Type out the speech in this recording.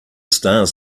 stars